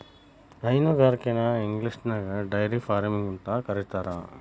ಹೈನುಗಾರಿಕೆನ ಇಂಗ್ಲಿಷ್ನ್ಯಾಗ dairy farming ಅಂತ ಕರೇತಾರ